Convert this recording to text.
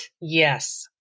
Yes